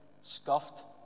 scuffed